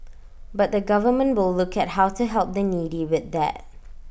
but the government will look at how to help the needy with that